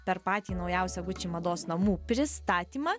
per patį naujausią gucci mados namų pristatymą